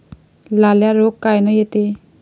लाल्या रोग कायनं येते?